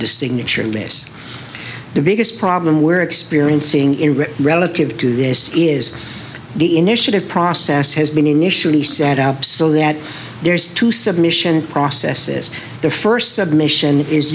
the signature unless the biggest problem we're experiencing in relative to this is the initiative process has been initially set up so that there's two submission process this the first submission is